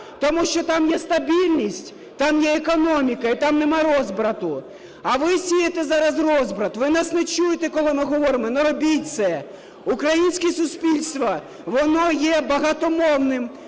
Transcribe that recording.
тому що там є стабільність, там є економіка і там немає розбрату. А ви сієте зараз розбрат. Ви нас не чуєте, коли ми говоримо: не робіть це. Українське суспільство воно є багатомовним,